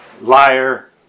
liar